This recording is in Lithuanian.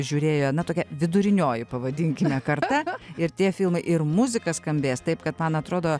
žiūrėjo na tokia vidurinioji pavadinkime karta ir tie filmai ir muzika skambės taip kad man atrodo